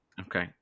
Okay